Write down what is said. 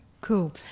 Cool